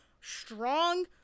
strong